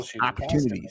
opportunities